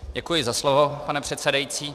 Děkuji za slovo, pane předsedající.